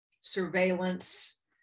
surveillance